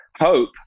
hope